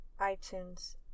iTunes